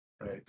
right